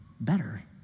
better